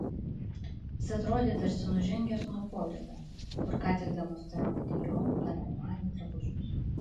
jis atrodė tarsi nužengęs nuo podiumo kur ką tik demonstravo dior ar armani drabužius